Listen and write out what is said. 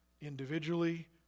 individually